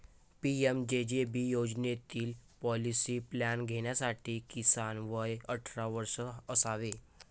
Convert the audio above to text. PMJJB योजनेतील policy plan घेण्यासाठी किमान वय अठरा वर्षे असावे